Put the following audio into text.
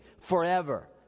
forever